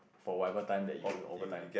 for whatever time that you will overtime